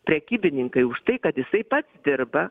prekybininkai už tai kad jisai pats dirba